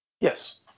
Yes